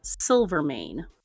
Silvermane